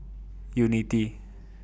Unity